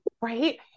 Right